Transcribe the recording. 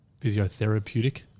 physiotherapeutic